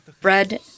bread